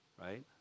right